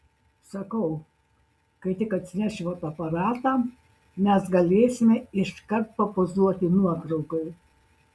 sakau kai tik atsinešiu fotoaparatą mes galėsime iškart papozuoti nuotraukai